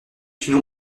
une